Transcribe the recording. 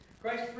Christ